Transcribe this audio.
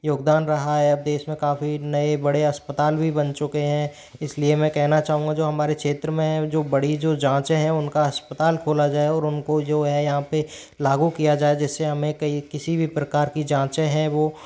योगदान रहा है अब देश मे काफ़ी नए बड़े अस्पताल भी बन चुके है इसलिए मैं कहना चाहूँगा जो हमारे क्षेत्र में जो बड़ी जो जाँचें है उनका अस्पताल खोला जाए और उनको जो है यहाँ पर लागू किया जाए जिससे हमें कई किसी भी प्रकार की जाँचें है वह